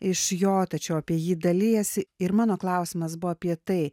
iš jo tačiau apie jį dalijasi ir mano klausimas buvo apie tai